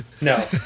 No